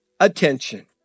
attention